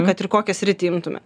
kad ir kokią sritį imtume